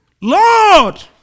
Lord